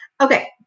Okay